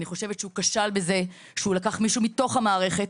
אני חושבת שהוא כשל בזה שהוא לקח מישהו מתוך המערכת